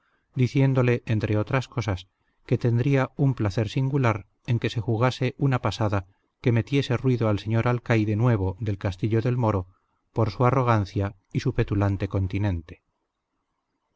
diciéndole entre otras cosas que tendría un placer singular en que se jugase una pasada que metiese ruido al señor alcaide nuevo del castillo del moro por su arrogancia y su petulante continente